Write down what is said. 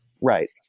right